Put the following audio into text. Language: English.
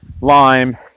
lime